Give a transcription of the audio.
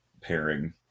pairing